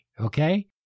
Okay